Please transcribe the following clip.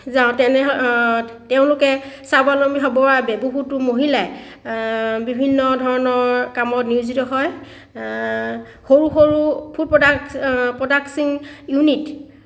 যাওঁ তেনেহ'লে তেওঁলোকে স্বাৱলম্বী হ'বৰ বাবে বহুতো মহিলাই বিভিন্ন ধৰণৰ কামত নিয়োজিত হয় সৰু সৰু ফুড প্ৰডাক্ট প্ৰডাক্টছিং ইউনিট